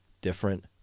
different